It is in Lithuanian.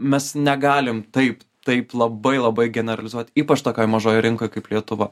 mes negalim taip taip labai labai generalizuoti ypač tokioj mažoj rinkoj kaip lietuva